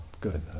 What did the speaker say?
good